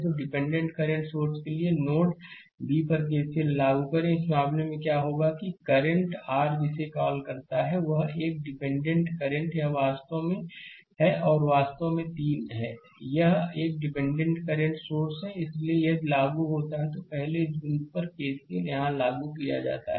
तोडिपेंडेंटdependent current source के लिए node B पर KCL लागू करें इस मामले में क्या होगा कि यह करंट r जिसे यह कॉल करता है वह एकडिपेंडेंटdependent करंट है यह वास्तव में है और यह वास्तव में 3 I है यह एक डिपेंडेंटdependent करंट सोर्स है इसलिए यदि लागू होता है तो पहले इस बिंदु पर आर केसीएल यहां लागू किया जाता है